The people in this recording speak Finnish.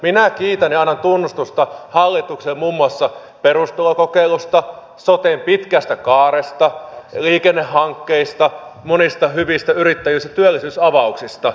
minä kiitän ja annan tunnustusta hallitukselle muun muassa perustulokokeilusta soten pitkästä kaaresta liikennehankkeista monista hyvistä yrittäjyys ja työllisyysavauksista